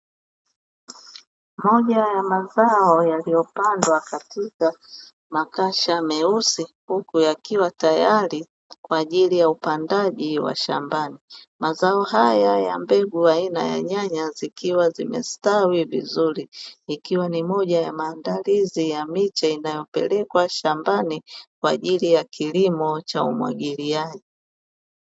Moja ya mazao yaliyopandwa katika makasha meusi huku yakiwa tayari kwa ajili ya upandaji wa shambani. Mazao haya ya mbegu aina ya nyanya zikiwa zimestawi vizuri, ikiwa ni moja ya maandalizi ya miche inayopelekwa shambani kwa ajili ya kilimo cha umwagiliaji.